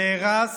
נהרס